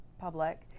public